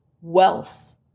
wealth